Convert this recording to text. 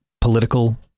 political